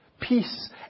Peace